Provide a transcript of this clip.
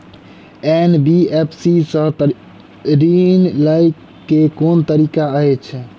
NBFC सँ ऋण लय केँ की तरीका अछि?